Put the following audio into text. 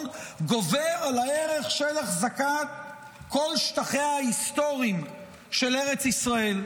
גובר על הערך של החזקת כל שטחיה ההיסטוריים של ארץ ישראל.